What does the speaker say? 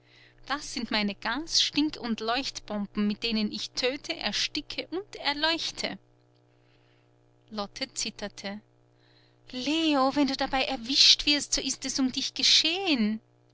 das sind meine gasstink und leuchtbomben mit denen ich töte ersticke und erleuchte lotte zitterte leo wenn du dabei erwischt wirst so ist es um dich geschehen